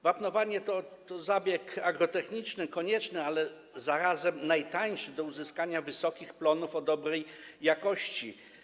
Wapnowanie to zabieg agrotechniczny konieczny, a zarazem najtańszy, do uzyskania wysokich plonów o dobrej jakości.